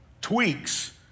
Tweaks